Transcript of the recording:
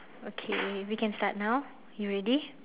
okay we can start now you ready